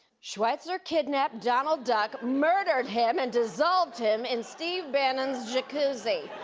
schweizer kidnapped donald duck, murdered him, and dissolved him in steve bannon's jacuzzi.